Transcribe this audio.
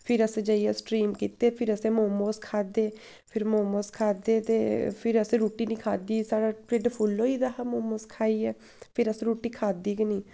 फिर असें जेइयै स्ट्रीम कीते फिर असें मोमोस खाद्धे फिर मोमोस खाद्धे ते फिर असें रुट्टी निं खाद्धी साढ़ा ढिड्ढ फुल्ल होई गेदा मोमोस खाइयै फिर असें रुट्टी खाद्धी ऐ निंं